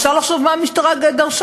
אפשר לחשוב מה המשטרה דרשה,